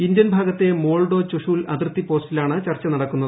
Indian ഭാഗത്തെ Moldo Chushul അതിർത്തി പോസ്റ്റിലാണ് ചർച്ച നടക്കുന്നത്